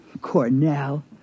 Cornell